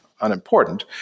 Unimportant